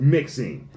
Mixing